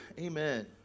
Amen